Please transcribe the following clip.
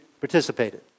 participated